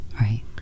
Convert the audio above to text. Right